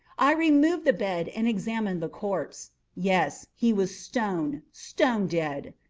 i removed the bed and examined the corpse. yes, he was stone, stone dead.